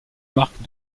marque